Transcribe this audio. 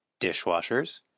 dishwashers